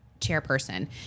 chairperson